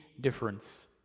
difference